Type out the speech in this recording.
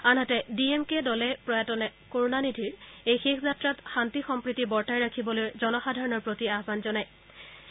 আনহাতে D M K দলে প্ৰয়াত কৰুণানিধিৰ এই শেষ যাত্ৰাত শান্তি সম্প্ৰীতি বৰ্তাই ৰাখিবলৈ জনসাধাৰণৰ প্ৰতি আহান জনাইছে